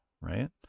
right